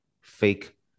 fake